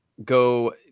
go